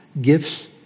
gifts